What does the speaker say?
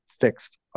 fixed